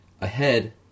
Ahead